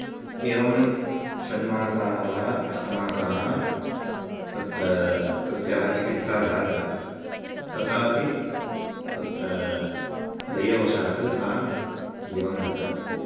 एवं षण्मासाः वा अष्टमासाः तत्र तस्याः चिकित्सा जाता तथापि तत्र दैववशात् सा दिवङ्गता